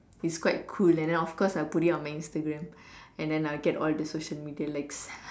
it's quite cool and then of course I'll put it on my Instagram and then I'll get all the social Media likes